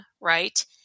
right